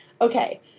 okay